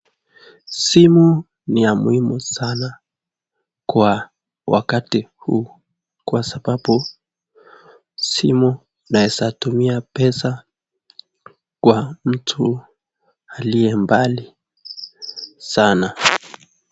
Simu ni ya muhimu sana kwa wakati huu. Kwa sababu simu inaeza tumia pesa kwa mtu aliye mbali sana.